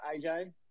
AJ